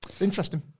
Interesting